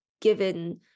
given